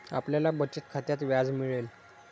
आपल्याला बचत खात्यात व्याज मिळेल